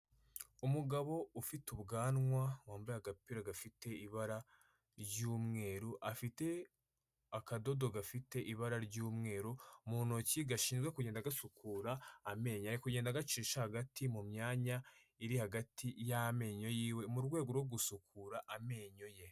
Umugabo ufite ubwanwa, wambaye agapira gafite ibara ry'umweru, afite akadodo gafite ibara ry'umweru mu ntoki gashinzwe kugenda gasukura amenyo. Ari kugenda agacisha hagati mu myanya iri hagati y'amenyo yiwe mu rwego rwo gusukura amenyo ye.